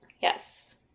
Yes